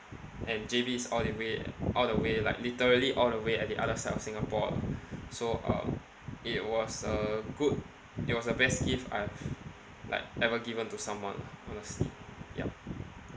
and J_B is all the way all the way like literally all the way at the other side of Singapore ah so uh it was a good it was the best gift I've like ever given to someone lah honestly yup